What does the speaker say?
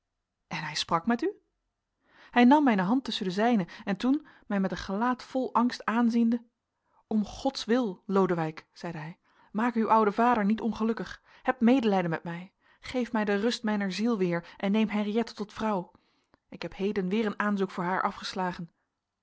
en hij sprak met u hij nam mijne hand tusschen de zijne en toen mij met een gelaat vol angst aanziende om gods wil lodewijk zeide hij maak uw ouden vader niet ongelukkig heb medelijden met mij geef mij de rust mijner ziel weer en neem henriëtte tot vrouw ik heb heden weer een aanzoek voor haar afgeslagen